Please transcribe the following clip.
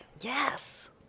Yes